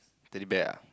pretty bad ah